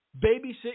babysit